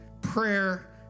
prayer